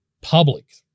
public